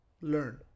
learn